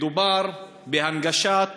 מדובר בהנגשת